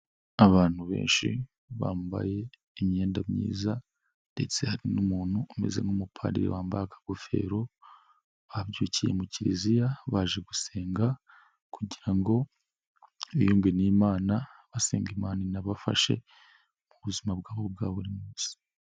Abantu benshi bambaye imyenda myiza ndetse hari n'umuntu umeze nk'umupadiri wambaye akagofero babyukiye mu kiliziya, baje gusenga kugira ngo biyunge n'Imana, basenga Imana inabafashe mu buzima bwabo bwa buri munsi.